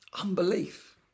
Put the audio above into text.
Unbelief